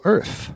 Earth